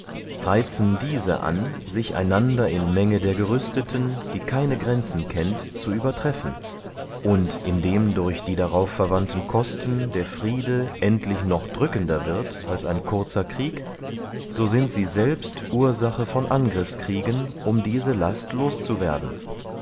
reitzen diese an sich einander in menge der gerüsteten die keine grenzen kennt zu übertreffen und indem durch die darauf verwandten kosten der friede endlich noch drückender wird als ein kurzer krieg so sind sie selbst ursache von angriffskriegen um diese last